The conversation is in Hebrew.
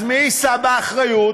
אז מי יישא באחריות?